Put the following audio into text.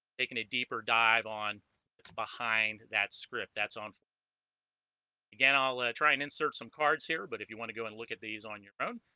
taking a deeper dive on its behind that script that's on again again ah i'll ah try and insert some cards here but if you want to go and look at these on your own